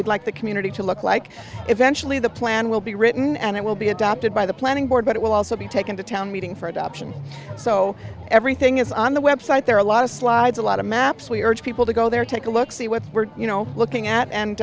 we'd like the community to look like eventually the plan will be written and it will be adopted by the planning board but it will also be taken to town meeting for adoption so everything is on the website there are a lot of slides a lot of maps we urge people to go there take a look see what we're you know looking at and